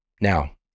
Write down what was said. Now